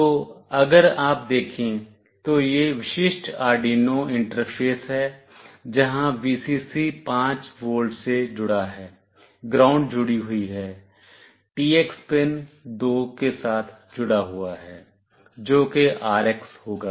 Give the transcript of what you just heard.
तो अगर आप देखें तो यह विशिष्ट आर्डयूनो इंटरफ़ेस है जहां Vcc 5 वोल्ट से जुड़ा है ग्राउंड जुड़ी हुई है TX पिन 2 के साथ जुड़ा हुआ है जो कि RX होगा